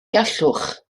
gallwch